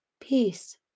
Peace